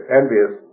envious